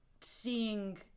Seeing